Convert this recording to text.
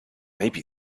maybe